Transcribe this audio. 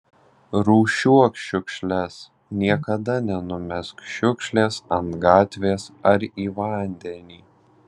rūšiuok šiukšles niekada nenumesk šiukšlės ant gatvės ar į vandenį